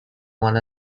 one